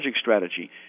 strategy